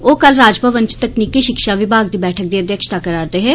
ओह् कल राजभवन च तकनीकी शिक्षा विभाग दी बैठक दी अध्यक्षता करा दे हे